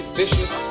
vicious